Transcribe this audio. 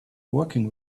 working